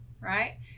right